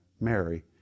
Mary